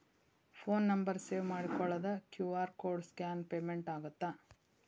Phone number save ಮಾಡಿಕೊಳ್ಳದ QR code scan payment ಆಗತ್ತಾ?